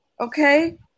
Okay